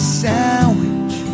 sandwich